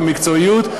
על המקצועיות,